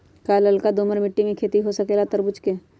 का लालका दोमर मिट्टी में खेती हो सकेला तरबूज के?